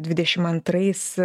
dvidešim antrais